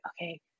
okay